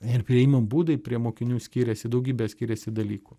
ir priėjimo būdai prie mokinių skiriasi daugybė skiriasi dalykų